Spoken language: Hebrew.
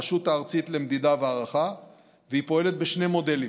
הרשות הארצית למדידה ולהערכה והיא פועלת בשני מודלים: